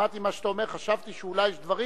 כששמעתי מה שאתה אומר חשבתי שאולי יש דברים